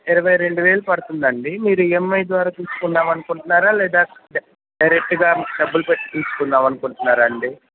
ఇరవై రెండు వేలు పడుతుంది అండి మీరు ఈఎంఐ ద్వారా తీస్కుందాం అనుకుంటున్నారా లేదా డై డైరెక్ట్గా డబ్బులు పెట్టి తీస్కుందాం అనుకుంటున్నారా అండి